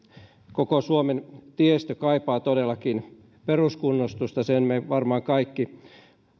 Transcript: koko suomen tiestö kaipaa todellakin peruskunnostusta sen me kaikki varmaan